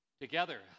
Together